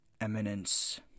Eminence